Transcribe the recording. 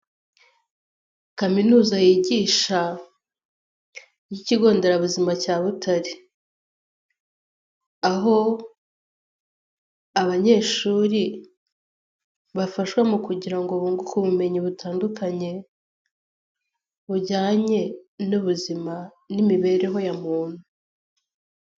Kaminuza yigisha y'ikigonderabuzima cya Butare aho abanyeshuri bafashwa mu kugira ngo bunguke ubumenyi butandukanye bujyanye n'ubuzima n'imibereho ya muntu.